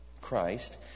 Christ